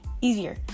easier